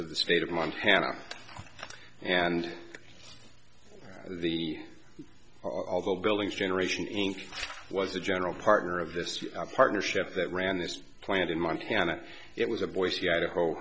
of the state of montana and the although buildings generation inc was the general partner of this partnership that ran this plant in montana it was a boise idaho